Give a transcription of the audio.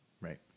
Right